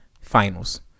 Finals